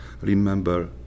remember